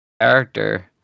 character